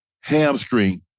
hamstring